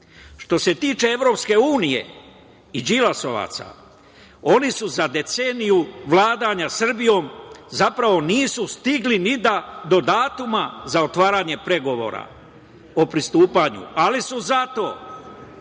se tiče EU, i đilasovaca, oni za deceniju vladanja Srbijom nisu stigli ni da do datuma za otvaranje pregovora o pristupanju, ali su zato